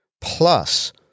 plus